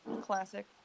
Classic